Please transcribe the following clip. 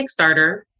kickstarter